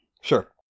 Sure